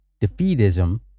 defeatism